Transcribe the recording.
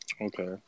Okay